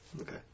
Okay